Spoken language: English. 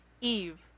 Eve